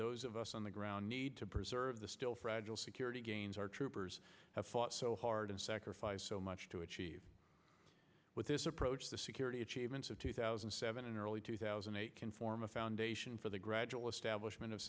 those of us on the ground need to preserve the still fragile security gains our troopers have fought so high ardan sacrificed so much to achieve with this approach the security achievements of two thousand and seven and early two thousand and eight can form a foundation for the gradual establishment of